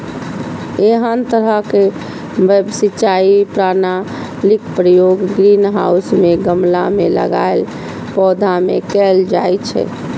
एहन तरहक सिंचाई प्रणालीक प्रयोग ग्रीनहाउस मे गमला मे लगाएल पौधा मे कैल जाइ छै